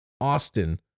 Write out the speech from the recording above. austin